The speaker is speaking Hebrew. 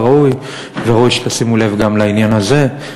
וראוי שתשימו לב גם לעניין הזה.